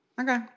Okay